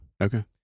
Okay